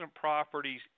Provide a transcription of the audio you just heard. properties